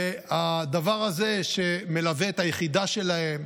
והדבר הזה, שמלווה את היחידה שלהם,